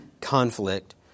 conflict